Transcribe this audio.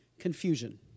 Confusion